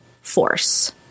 force